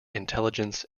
intelligence